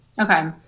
Okay